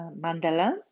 Mandela